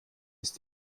ist